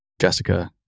Jessica